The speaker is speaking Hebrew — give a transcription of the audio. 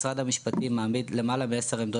משרד המשפטים מעמיד למעלה מעשר עמדות